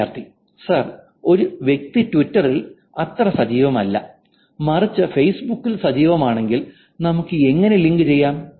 വിദ്യാർത്ഥി സാർ ഒരു വ്യക്തി ട്വിറ്ററിൽ അത്ര സജീവമല്ല മറിച്ച് ഫേസ്ബുക്കിൽ സജീവമാണെങ്കിൽ നമുക്ക് എങ്ങനെ ലിങ്ക് ചെയ്യാം